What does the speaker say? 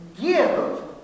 give